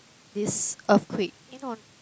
this earthquake eh no